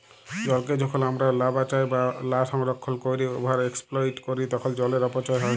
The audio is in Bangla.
জলকে যখল আমরা লা বাঁচায় বা লা সংরক্ষল ক্যইরে ওভার এক্সপ্লইট ক্যরি তখল জলের অপচয় হ্যয়